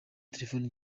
telefoni